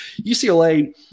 ucla